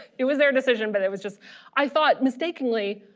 it was their decision but it was just i thought mistakenly,